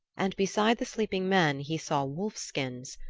and beside the sleeping men he saw wolfskins,